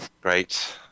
Great